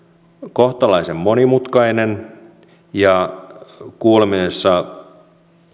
kohtalaisen monimutkainen ja kuulemisessa